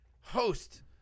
host